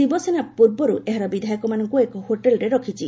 ଶିବସେନା ପୂର୍ବରୁ ଏହାର ବିଧାୟକମାନଙ୍କୁ ଏକ ହୋଟେଲରେ ରଖିଛି